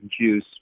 juice